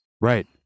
Right